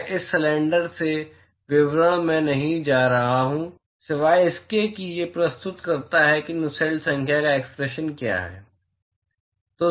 मैं इस सिलिंडर के विवरण में नहीं जा रहा हूँ सिवाय इसके कि यह प्रस्तुत करता है कि नुसेल्ट संख्या का एक्सप्रेशन क्या है